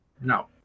no